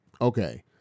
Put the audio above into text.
Okay